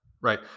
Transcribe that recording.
right